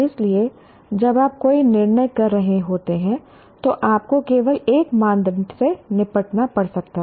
इसलिए जब आप कोई निर्णय कर रहे होते हैं तो आपको केवल एक मानदंड से निपटना पड़ सकता है